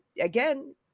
again